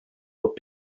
would